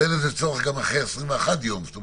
זה בסדר גמור,